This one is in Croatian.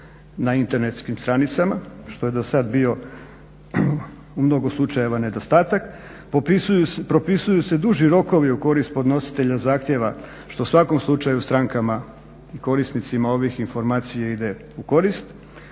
na internetskim stranica, što je do sad bio u mnogo slučajeva nedostatak, popisuju se, propisuju se duži rokovi u korist podnositelja zahtjeva što u svakom slučaju strankama i korisnicima ovih informacija ide u korist,